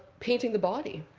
painting the body.